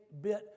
bit